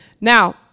Now